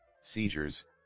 seizures